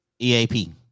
EAP